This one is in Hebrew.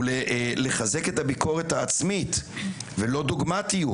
הוא לחזק את הביקורת העצמית ולא דוגמטיות.